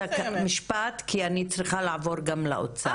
משפט כי אני צריכה לעבור גם לאוצר.